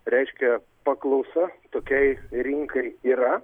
reiškia paklausa tokiai rinkai yra